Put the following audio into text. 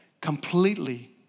completely